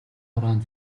хураан